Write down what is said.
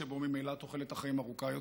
שבו ממילא תוחלת החיים ארוכה יותר,